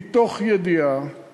מתוך ידיעה